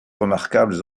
remarquables